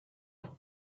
crete